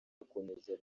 gukomeza